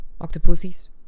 octopuses